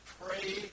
pray